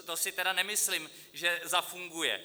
To si tedy nemyslím, že zafunguje.